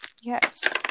yes